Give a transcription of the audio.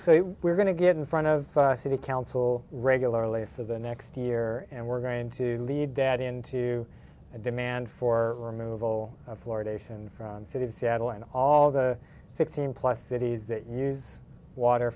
know we're going to get in front of city council regularly for the next year and we're going to lead that into a demand for removal of fluoridation from the city of seattle and all the fifteen plus cities that use water